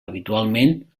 habitualment